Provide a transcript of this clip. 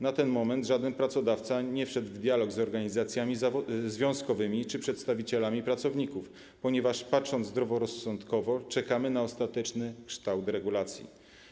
Na ten moment żaden pracodawca nie wszedł w dialog z organizacjami związkowymi czy przedstawicielami pracowników, ponieważ patrząc zdroworozsądkowo, czekamy na ostateczny kształt regulacji.